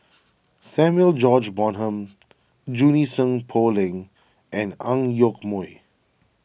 Samuel George Bonham Junie Sng Poh Leng and Ang Yoke Mooi